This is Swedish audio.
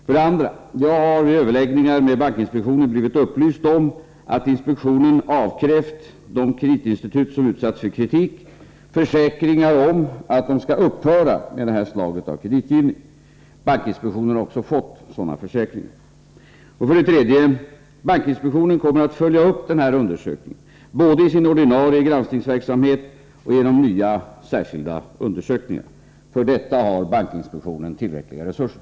För det andra: Jag har vid överläggningar med bankinspektionen blivit upplyst om att bankinspektionen avkrävt de kreditinstitut som utsatts för kritik försäkringar om att de skall upphöra med det här slaget av kreditgivning. Bankinspektionen har också fått sådana försäkringar. För det tredje: Bankinspektionen kommer att följa upp den här undersökningen, både i sin ordinarie granskningsverksamhet och genom nya särskilda undersökningar. För detta har bankinspektionen tillräckliga resurser.